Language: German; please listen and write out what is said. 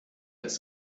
als